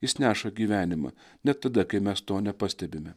jis neša gyvenimą net tada kai mes to nepastebime